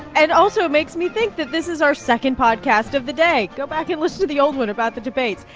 and also, it makes me think that this is our second podcast of the day. go back and listen to the old one about the debates.